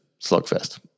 slugfest